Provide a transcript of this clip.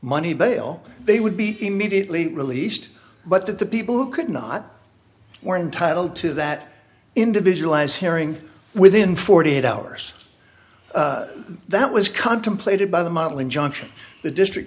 money bail they would be immediately released but that the people who could not were entitled to that individual as hearing within forty eight hours that was contemplated by the model injunction the district